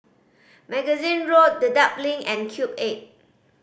Magazine Road Dedap Link and Cube Eight